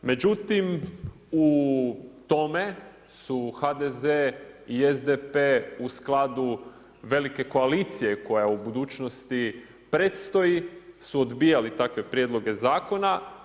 Međutim, u tome su HDZ i SDP u skladu velike koalicije koja u budućnosti predstoji, su odbijali takve prijedloge zakona.